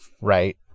right